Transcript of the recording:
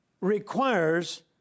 requires